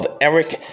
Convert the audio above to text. Eric